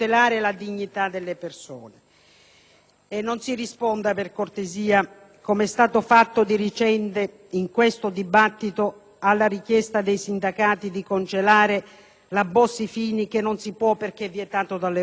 Non si risponda, per cortesia, come è stato fatto di recente in questo dibattito, alla richiesta dei sindacati di congelare la Bossi-Fini, che non si può perché è vietato dall'Europa perché ciò non corrisponde al vero.